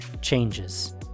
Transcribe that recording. changes